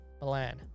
Milan